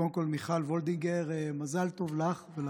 קודם כול, מיכל וולדיגר, מזל טוב לך ולאחותך.